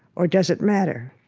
or does it matter?